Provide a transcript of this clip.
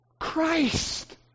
Christ